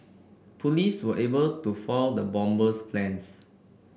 police were able to foil the bomber's plans